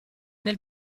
nel